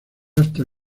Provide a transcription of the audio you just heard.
hasta